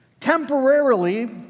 temporarily